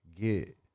get